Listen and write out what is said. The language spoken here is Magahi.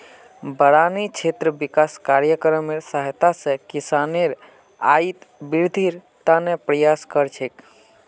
बारानी क्षेत्र विकास कार्यक्रमेर सहायता स किसानेर आइत वृद्धिर त न प्रयास कर छेक